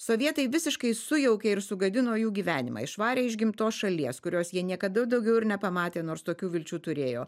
sovietai visiškai sujaukė ir sugadino jų gyvenimą išvarė iš gimtos šalies kurios jie niekada daugiau ir nepamatė nors tokių vilčių turėjo